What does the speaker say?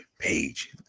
page